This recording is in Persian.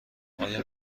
آیا